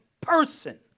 person